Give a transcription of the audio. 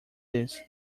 this